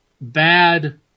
bad